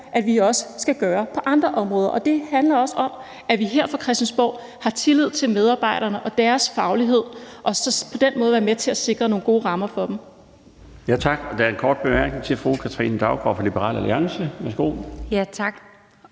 at vi skal foretage på andre områder, og det handler også om, at vi her fra Christiansborg har tillid til medarbejderne og deres faglighed, og at vi på den måde kan være med til at sikre nogle gode rammer for dem. Kl. 19:20 Den fg. formand (Bjarne Laustsen): Tak. Der er en kort bemærkning til fru Katrine Daugaard fra Liberal Alliance. Værsgo. Kl.